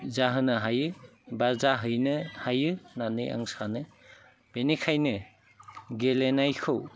जाहोनो हायो बा जाहैनो हायो होननानै आं सानो बिनिखायनो गेलेनायखौ